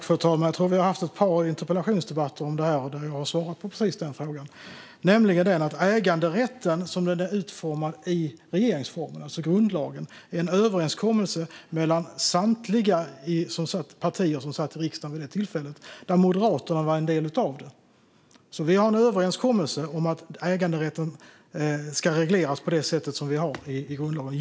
Fru talman! Jag tror att vi har haft ett par interpellationsdebatter om detta där jag har svarat på precis denna fråga. Äganderätten, som den är utformad i regeringsformen, alltså grundlagen, är en överenskommelse mellan samtliga partier som satt i riksdagen vid det tillfället. Moderaterna var en del av detta. Vi har en överenskommelse om att äganderätten ska regleras så som det står i grundlagen.